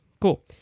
cool